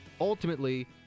ultimately